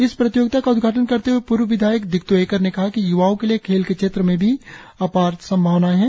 इस प्रतियोगिता का उद्घाटन करते हए पूर्व विधायक दिकतो येकर ने कहा कि य्वाओ के लिए खेल के क्षेत्र में भी अपार संभावनाए है